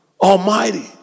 almighty